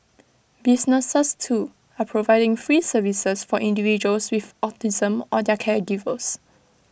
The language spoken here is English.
businesses too are providing free services for individuals with autism or their caregivers